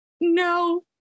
No